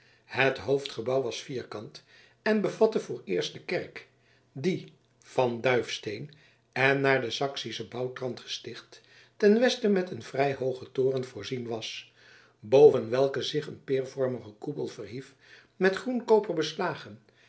het hoofdgebouw was vierkant en bevatte vooreerst de kerk die van duifsteen en naar den saksischen bouwtrant gesticht ten westen met een vrij hoogen toren voorzien was boven welke zich een peervormige koepel verhief met groen koper beslagen